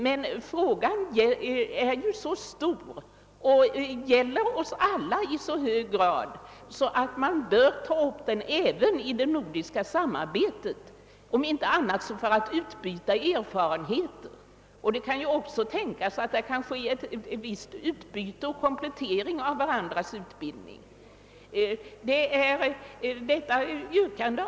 Men frågan är så stor och gäller oss alla i så hög grad, att man bör ta upp den även i det nordiska samarbetet, om inte annat så för att utbyta erfarenheter. Det kan också tänkas att det kan ske ett visst utbyte och en viss komplettering av utbildningen i olika länder.